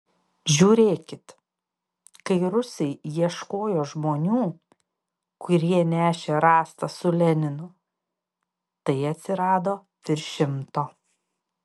žiūrėkit kai rusai ieškojo žmonių kurie nešė rastą su leninu tai atsirado virš šimto